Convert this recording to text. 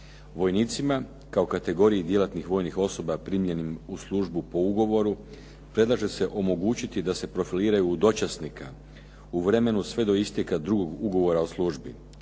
Vojnicima kao kategoriji djelatnih vojnih osoba primljenih u službu po ugovoru, predlažu se omogućiti da se profiliraju u dočasnika u vremenu sve do istka drugog ugovora o službi.